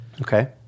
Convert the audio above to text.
Okay